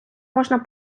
можна